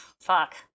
fuck